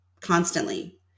constantly